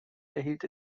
erhielt